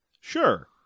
Sure